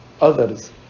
others